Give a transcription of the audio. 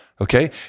Okay